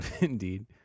Indeed